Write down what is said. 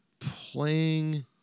playing